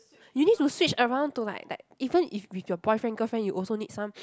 you need to switch around to like like even if with your boyfriend girlfriend you also need some